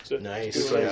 Nice